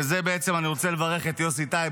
ועל זה בעצם אני רוצה לברך את יוסי טייב.